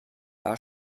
war